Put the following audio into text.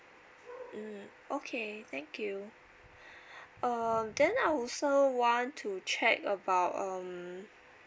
mm okay thank you um then I also want to check about um